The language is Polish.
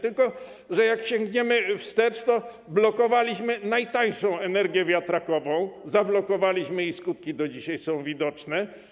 Tylko że jak sięgniemy wstecz, to blokowaliśmy najtańszą energię wiatrakową, zablokowaliśmy ją i skutki tego do dzisiaj są widoczne.